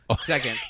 Second